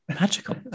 Magical